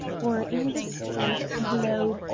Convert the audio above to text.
or, in the street below,